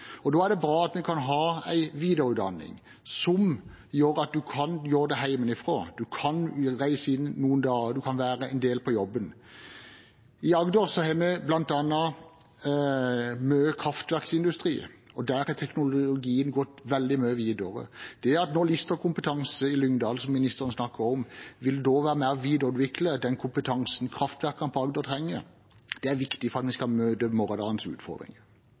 og studere sentralt. Da er det bra med en videreutdanning som man kan ta hjemmefra. Man kan reise inn noen dager, man kan være en del på jobb. I Agder har vi bl.a. mye kraftverksindustri, og der har teknologien gått veldig mye videre. Det at Lister Kompetanse i Lyngdal, som ministeren snakket om, vil være med og videreutvikle den kompetansen som kraftverkene på Agder trenger, er viktig for å møte morgendagens utfordringer.